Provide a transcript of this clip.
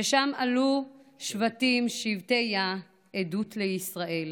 ששם עלו שבטים שבטי-יה עדות לישראל